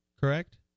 correct